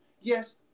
yes